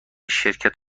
شرکت